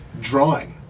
drawing